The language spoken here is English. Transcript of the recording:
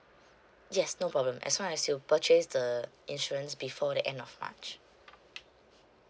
yes no problem as long as you purchase the insurance before the end of march